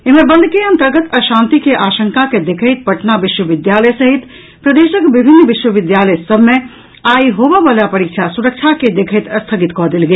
एम्हर बंद के अंतर्गत अशांति के आशंका के देखैत पटना विश्वविद्यालय सहित प्रदेशक विभिन्न विश्वविद्यालय सभ मे आइ होबयवला परीक्षा सुरक्षा के देखैत स्थगित कऽ देल गेल